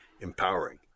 empowering